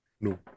No